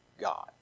God